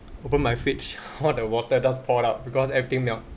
open my fridge all the water just pour out because everything melt